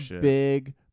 big